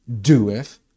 doeth